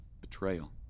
betrayal